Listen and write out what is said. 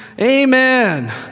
Amen